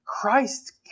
Christ